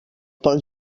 pel